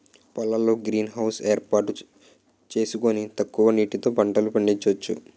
పొలాల్లో greenhouse ఏర్పాటు సేసుకొని తక్కువ నీటితో పంటలు పండించొచ్చు